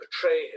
portray